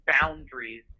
boundaries